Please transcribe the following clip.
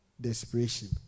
Desperation